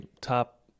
top